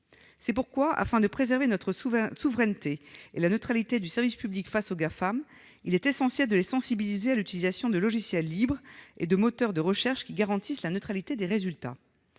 C'est pourquoi, afin de préserver notre souveraineté et la neutralité du service public face aux Gafam, il est essentiel de les sensibiliser à l'utilisation de logiciels libres et de moteurs de recherche qui garantissent la neutralité des résultats.